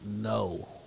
No